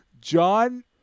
John